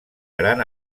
gran